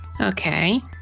Okay